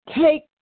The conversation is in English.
take